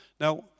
Now